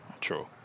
True